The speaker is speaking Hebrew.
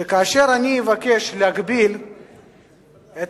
שכאשר אני אבקש להגביל את